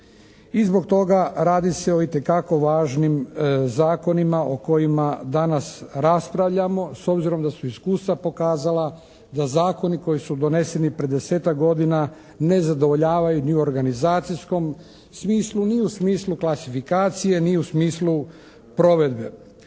I zbog toga radi se o itekako važnim zakonima o kojima danas raspravljamo s obzirom da su iskustva pokazala da zakoni koji su doneseni pred desetak godina ne zadovoljavaju ni u organizacijskom smislu ni u smislu klasifikacije ni u smislu provedbe.